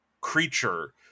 creature